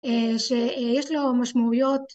‫שיש לו משמעויות.